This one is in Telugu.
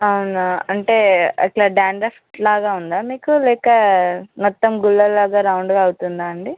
అవునా అంటే అట్లా డాండ్రఫ్ లాగా ఉందా మీకు లేక మొత్తం గుళ్ళల్లాగా రౌండ్గా అవుతుందా అండి